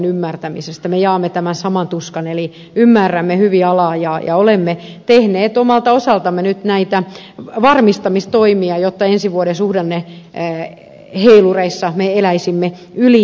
me jaamme tämän saman tuskan eli ymmärrämme hyvin alaa ja olemme tehneet omalta osaltamme nyt näitä varmistamistoimia jotta ensi vuoden suhdanneheilureissa me eläisimme yli